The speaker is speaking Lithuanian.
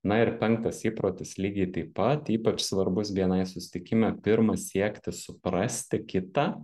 na ir penktas įprotis lygiai taip pat ypač svarbus bni susitikime pirma siekti suprasti kitą